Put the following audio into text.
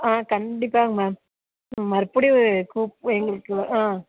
ஆ கண்டிப்பாங்க மேம் மறுபடியும் கூப்பு எங்களுக்கு ஆ